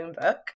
book